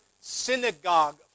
synagogue